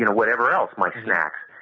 whatever else my snacks.